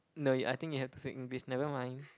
no you I think you have to say English never mind